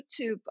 YouTube